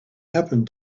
happened